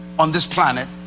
on this planet,